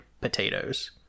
potatoes